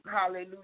hallelujah